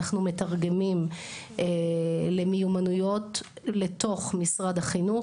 אנחנו מתרגמים למיומנויות לתוך משרד החינוך.